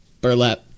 burlap